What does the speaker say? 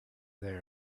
there